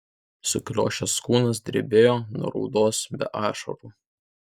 sukriošęs kūnas drebėjo nuo raudos be ašarų